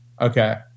Okay